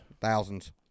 Thousands